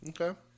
Okay